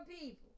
people